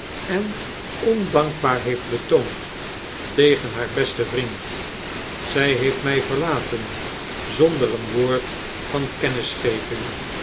en ondankbaar heeft betoond tegen haar besten vriend zy heeft my verlaten zonder een woord van